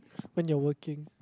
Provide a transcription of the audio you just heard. when you're working